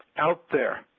out there.